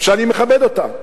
שאני מכבד אותה.